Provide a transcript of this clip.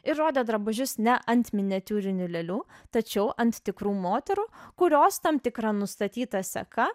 ir rodė drabužius ne ant miniatiūrinių lėlių tačiau ant tikrų moterų kurios tam tikra nustatyta seka